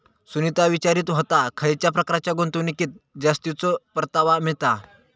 सुनीता विचारीत होता, खयच्या प्रकारच्या गुंतवणुकीत जास्तीचो परतावा मिळता?